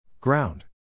Ground